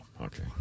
okay